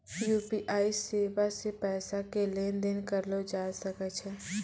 UPI सेबा से पैसा के लेन देन करलो जाय सकै छै